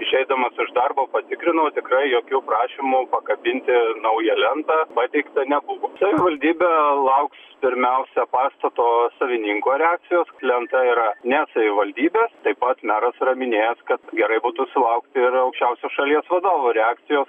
išeidamas iš darbo patikrinau ir tikrai jokių prašymų pakabinti naują lentą pateikta nebuvo savivaldybė lauks pirmiausia pastato savininko reakcijos lenta yra ne savivaldybės taip pat meras yra minėjęs kad gerai būtų sulaukti ir aukščiausio šalies vadovo reakcijos